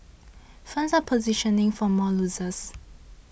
funds are positioning for more losses